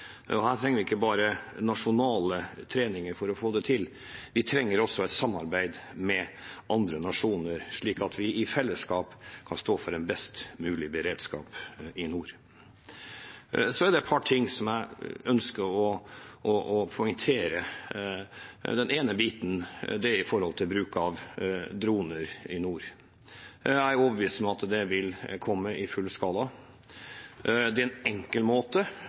trenger ikke bare nasjonal trening for å få det til, vi trenger også et samarbeid med andre nasjoner slik at vi i fellesskap kan stå for en best mulig beredskap i nord. Så er det et par ting jeg ønsker å poengtere. Den ene biten gjelder bruk av droner i nord. Jeg er overbevist om at dette vil komme i full skala. Det er en enkel måte